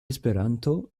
esperanto